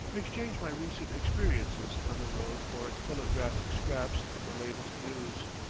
exchange my recent experiences on the road for telegraphic scraps of the latest news.